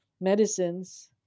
medicines